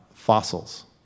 fossils